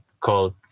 called